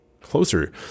closer